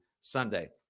Sunday